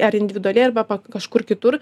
ar individualiai arba pa kažkur kitur